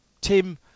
Tim